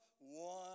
one